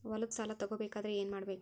ಹೊಲದ ಸಾಲ ತಗೋಬೇಕಾದ್ರೆ ಏನ್ಮಾಡಬೇಕು?